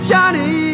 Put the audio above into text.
Johnny